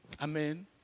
Amen